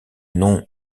nom